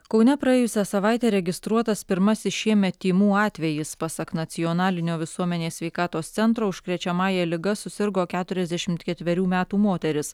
kaune praėjusią savaitę registruotas pirmasis šiemet tymų atvejis pasak nacionalinio visuomenės sveikatos centro užkrečiamąja liga susirgo keturiasdešimt keturi metų moteris